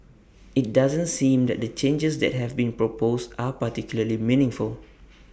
IT doesn't seem that the changes that have been proposed are particularly meaningful